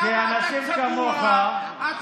שם אתה צבוע.